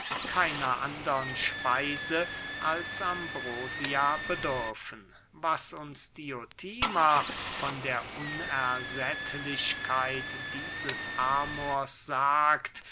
keiner andern speise als ambrosia bedürfen was uns diotima von der unersättlichkeit dieses amors sagt